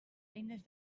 eines